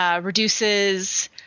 Reduces